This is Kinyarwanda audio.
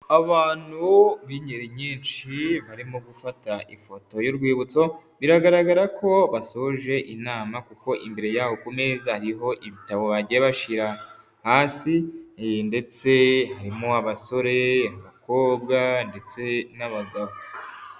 Abantu b'ingeri nyinshi barimo gufata ifoto y'urwibutso, biragaragara ko basoje inama kuko imbere yabo ku meza hariho ibitabo bagiye bashyira hasi ndetse harimo abasore, abakobwa ndetse n'abagabo.